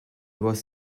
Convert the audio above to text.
was